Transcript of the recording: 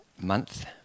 month